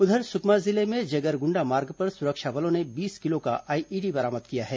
उधर सुकमा जिले में जगरगुंडा मार्ग पर सुरक्षा बलों ने बीस किलो का आईईडी बरामद किया है